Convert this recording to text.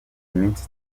iminsi